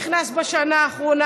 שנכנס בשנה האחרונה,